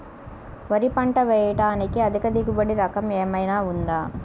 వరి పంట వేయటానికి అధిక దిగుబడి రకం ఏమయినా ఉందా?